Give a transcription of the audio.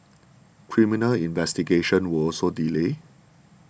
criminal investigations were also delayed